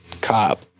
cop